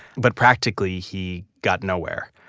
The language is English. but practically he got nowhere.